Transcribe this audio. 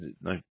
no